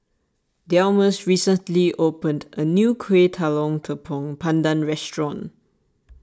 Delmus recently opened a new Kueh Talam Tepong Pandan restaurant